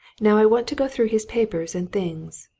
now i want to go through his papers and things.